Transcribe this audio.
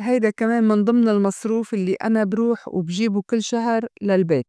هيدا كمان من ضمن المصروف الّي أنا بروح و بجيبه كل شهر للبيت.